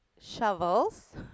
shovels